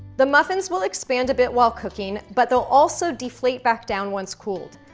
the muffins will expand a bit while cooking, but they'll also deflate back down once cooled.